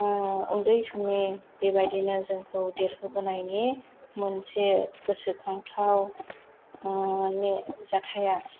उन्दै समनि बेबायदिनो जोंखौ देरहोबोनायनि मोनसे गोसोखांथाव जाथाया